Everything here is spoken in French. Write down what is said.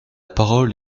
parole